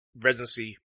residency